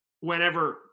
Whenever